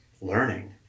learning